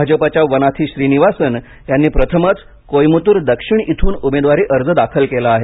भाजपच्या वनाथी श्रीनिवासन यांनी प्रथमच कोईमतूर दक्षिण इथून उमेदवारी अर्ज दाखल केला आहे